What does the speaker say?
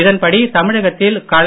இதன்படி தமிழகத்தில் கலை